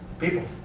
people,